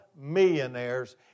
millionaires